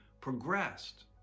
progressed